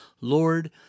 Lord